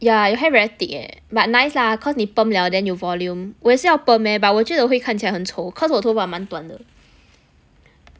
your hair very thick eh but nice lah cause 你 perm liao then 有 volume 我也是要 perm leh but 我觉得我会看起来很丑 cause 我头发蛮短的